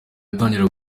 atangira